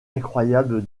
incroyable